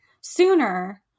sooner